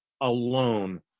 alone